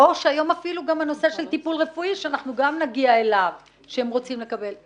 ולפעמים זה גם אפילו הנושא של טיפול רפואי שהם רוצים לקבל,